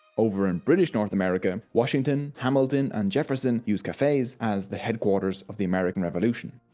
over in british north america, washington, hamilton, and jefferson used cafes as the headquarters of the american revolution.